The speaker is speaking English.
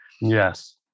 Yes